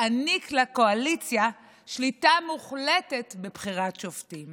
תעניק לקואליציה שליטה מוחלטת בבחירת שופטים,